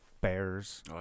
bears